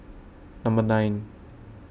Number nine